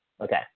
okay